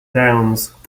downs